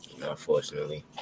unfortunately